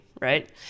right